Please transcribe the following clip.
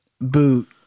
boot